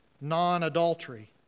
non-adultery